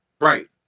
right